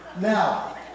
Now